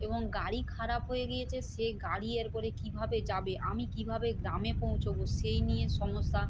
এবং গাড়ি খারাপ হয়ে গিয়েছে সে গাড়ি এর পরে কীভাবে যাবে আমি কীভাবে গ্রামে পৌঁছাব সেই নিয়ে সমস্যা